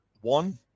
One